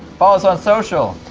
follow us on social!